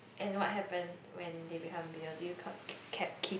and what happened when they become you know do you kept keep